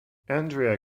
andrea